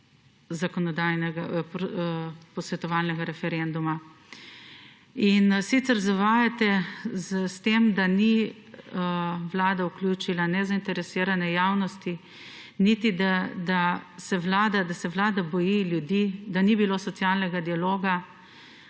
zakonodajnega posvetovalnega referenduma. In sicer zavajate s tem, da ni Vlada vključila ne zainteresirane javnosti niti da, da se Vlada boji ljudi, da ni bilo socialnega dialoga,